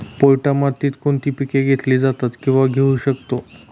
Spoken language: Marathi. पोयटा मातीत कोणती पिके घेतली जातात, किंवा घेऊ शकतो?